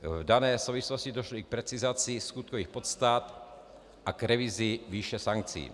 V dané souvislosti došlo k precizaci skutkových podstat a k revizi výše sankcí.